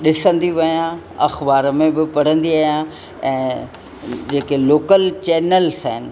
ॾिसंदी बि आहियां अख़बार में बि पढ़ंदी आहियां ऐं जेके लोकल चेनल्स आहिनि